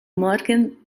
morgen